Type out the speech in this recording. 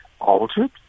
altered